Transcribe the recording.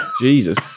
Jesus